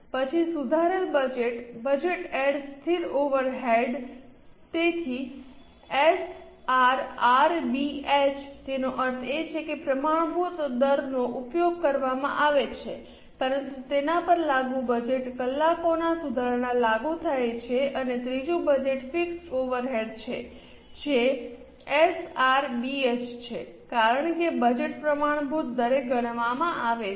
પછી સુધારેલ budget budgeted સ્થિર ઓવરહેડ્સ તેથી એસઆરઆરબીએચ તેનો અર્થ એ કે પ્રમાણભૂત દરનો ઉપયોગ કરવામાં આવે છે પરંતુ તેના પર લાગુ બજેટ કલાકોના સુધારણા લાગુ થાય છે અને ત્રીજું બજેટ ફિક્સ્ડ ઓવરહેડ્સ છે જે એસઆરબીએચ છે કારણ કે બજેટ પ્રમાણભૂત દરે ગણવામાં આવે છે